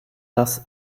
das